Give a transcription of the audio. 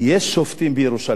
יש שופטים בירושלים.